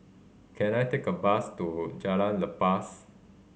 can I take a bus to Jalan Lepas